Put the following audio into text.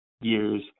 years